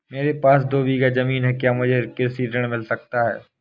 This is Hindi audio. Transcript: मेरे पास दो बीघा ज़मीन है क्या मुझे कृषि ऋण मिल सकता है?